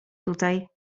tutaj